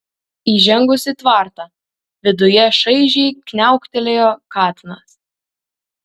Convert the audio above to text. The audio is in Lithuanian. įžengus į tvartą viduje šaižiai kniauktelėjo katinas